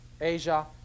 Asia